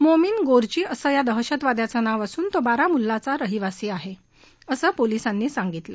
मोमीन गोरजी असं दहशतवाद्यांचं नाव असून तो बारामुल्लाचा रहिवासी आहे असं पोलीसांनी सांगितलं